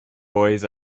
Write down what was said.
boys